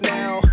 now